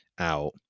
out